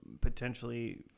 potentially